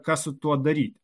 ką su tuo daryti